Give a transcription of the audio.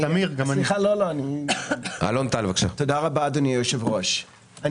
תודה רב, אדוני היושב-ראש.